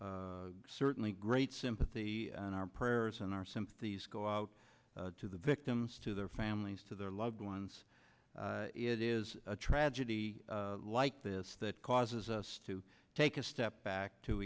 feel certainly great sympathy and our prayers and our sympathies go out to the victims to their families to their loved ones it is a tragedy like this that causes us to take a step back to